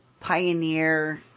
pioneer